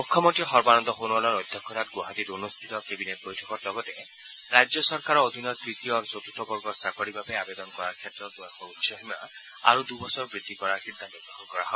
মুখ্যমন্ত্ৰী সৰ্বানন্দ সোণোৱালৰ অধ্যক্ষতাত ণ্ডৱাহাটীত অনুষ্ঠিত কেবিনেট বৈঠকত লগতে ৰাজ্য চৰকাৰৰ অধীনৰ তৃতীয় আৰু চতুৰ্থ বৰ্গৰ চাকৰিৰ বাবে আবেদন কৰাৰ ক্ষেত্ৰত বয়সৰ উচ্চসীমা আৰু দুবছৰ বৃদ্ধি কৰাৰ সিদ্ধান্ত গ্ৰহণ কৰা হয়